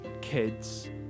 kids